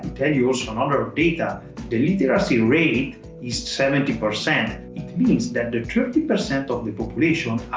tell you also another ah data the literacy rate is seventy percent it means that the thirty percent of the population,